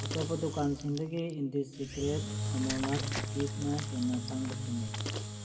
ꯑꯇꯣꯞꯄ ꯗꯨꯀꯥꯟꯁꯤꯡꯗꯒꯤ ꯏꯟꯗꯤꯁꯤꯀꯔꯦꯠ ꯑꯃꯔꯅꯥꯠ ꯀꯨꯀꯤꯁꯅ ꯍꯦꯟꯅ ꯇꯥꯡꯕ ꯊꯦꯡꯅꯩ